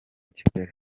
kigali